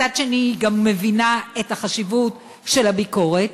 מצד שני, היא גם מבינה את החשיבות של הביקורת.